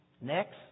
Next